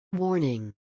Warning